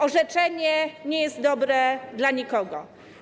Orzeczenie nie jest dobre dla nikogo.